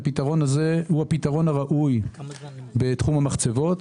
ואנחנו גם חושבים שהפתרון הזה הוא הפתרון הראוי בתחום המחצבות.